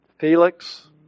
Felix